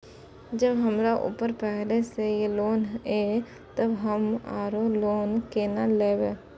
जब हमरा ऊपर पहले से लोन ये तब हम आरो लोन केना लैब?